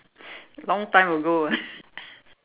long time ago ah